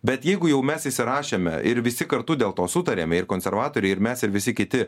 bet jeigu jau mes įsirašėme ir visi kartu dėl to sutariame ir konservatoriai ir mes ir visi kiti